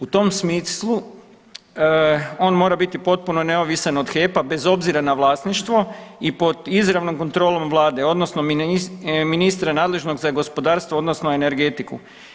U tom smislu on mora biti potpuno neovisan od HEP-a bez obzira na vlasništvo i pod izravnom kontrolom Vlade odnosno ministra nadležnog za gospodarstvo odnosno energetiku.